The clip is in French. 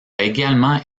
également